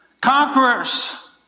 Conquerors